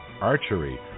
archery